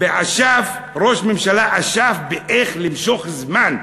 ראש הממשלה אשף באיך למשוך זמן.